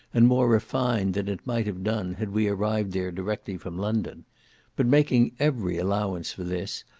and more refined than it might have done, had we arrived there directly from london but making every allowance for this,